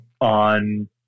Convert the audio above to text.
on